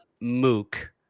mook